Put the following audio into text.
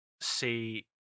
see